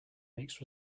makes